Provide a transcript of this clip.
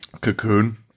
Cocoon